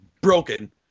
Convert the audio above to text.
broken